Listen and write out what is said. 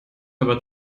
aber